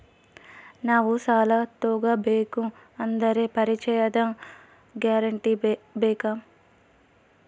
ನಾವು ಸಾಲ ತೋಗಬೇಕು ಅಂದರೆ ಪರಿಚಯದವರ ಗ್ಯಾರಂಟಿ ಬೇಕಾ?